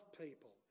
people